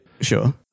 Sure